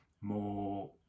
more